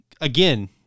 again